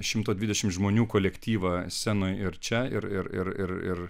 šimto dvidešimt žmonių kolektyvą scenoje ir čia ir ir ir ir